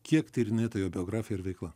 kiek tyrinėta jo biografija ir veikla